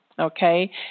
Okay